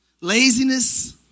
laziness